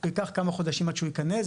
זה ייקח כמה חודשים עד שהוא ייכנס.